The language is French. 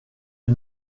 est